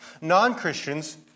Non-Christians